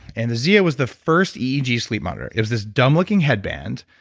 and the zeo was the first eeg sleep monitor. it was this dumb-looking headband,